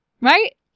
Right